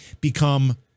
become